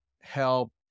help